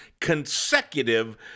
consecutive